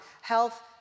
health